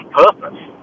purpose